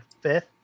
fifth